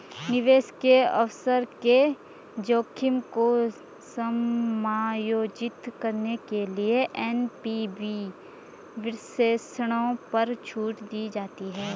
निवेश के अवसर के जोखिम को समायोजित करने के लिए एन.पी.वी विश्लेषणों पर छूट दी जाती है